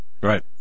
Right